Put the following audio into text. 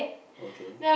okay